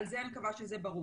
אני מקווה שזה ברור.